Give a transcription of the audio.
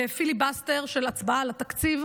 נמצאים בפיליבסטר של הצבעה על התקציב.